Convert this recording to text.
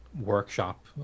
workshop